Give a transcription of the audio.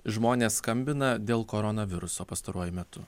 žmonės skambina dėl koronaviruso pastaruoju metu